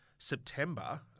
September